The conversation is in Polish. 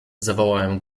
zawołałem